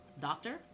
doctor